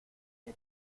que